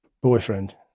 boyfriend